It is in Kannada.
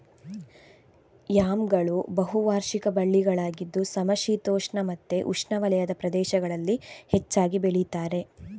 ಯಾಮ್ಗಳು ಬಹು ವಾರ್ಷಿಕ ಬಳ್ಳಿಗಳಾಗಿದ್ದು ಸಮಶೀತೋಷ್ಣ ಮತ್ತೆ ಉಷ್ಣವಲಯದ ಪ್ರದೇಶಗಳಲ್ಲಿ ಹೆಚ್ಚಾಗಿ ಬೆಳೀತಾರೆ